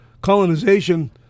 colonization